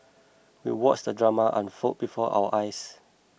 we watched the drama unfold before our eyes